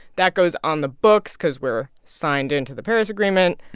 that goes on the books because we're signed into the paris agreement.